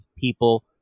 people